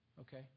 okay